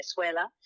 Venezuela